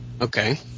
Okay